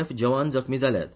एफ जवान जखमी जाल्यात